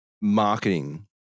marketing